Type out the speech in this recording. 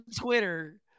Twitter